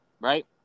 right